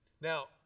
Now